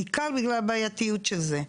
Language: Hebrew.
בעיקר בגלל הבעייתיות של זה,